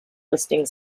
listing